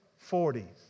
40s